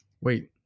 Wait